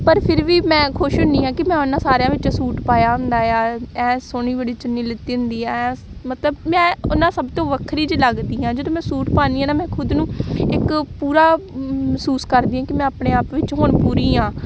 ਪਰ ਫਿਰ ਵੀ ਮੈਂ ਖੁਸ਼ ਹੁੰਦੀ ਹਾਂ ਕਿ ਮੈਂ ਉਹਨਾਂ ਸਾਰਿਆਂ ਵਿੱਚੋਂ ਸੂਟ ਪਾਇਆ ਹੁੰਦਾ ਆ ਐਂ ਸੋਹਣੀ ਬੜੀ ਚੁੰਨੀ ਲਿੱਤੀ ਹੁੰਦੀ ਆ ਐਸ ਮਤਲਬ ਮੈਂ ਉਹਨਾਂ ਸਭ ਤੋਂ ਵੱਖਰੀ ਜਿਹੀ ਲੱਗਦੀ ਹਾਂ ਜਦੋਂ ਮੈਂ ਸੂਟ ਪਾਉਂਦੀ ਹਾਂ ਨਾ ਮੈਂ ਖੁਦ ਨੂੰ ਇੱਕ ਪੂਰਾ ਮਹਿਸੂਸ ਕਰਦੀ ਹਾਂ ਕਿ ਮੈਂ ਆਪਣੇ ਆਪ ਵਿੱਚ ਹੁਣ ਪੂਰੀ ਹਾਂ